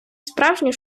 справжню